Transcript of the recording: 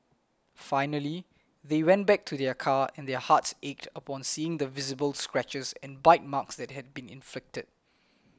finally they went back to their car and their hearts ached upon seeing the visible scratches and bite marks that had been inflicted